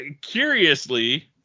curiously